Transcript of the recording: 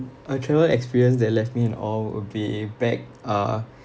a travel experience that left me in awe will be back uh